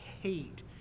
hate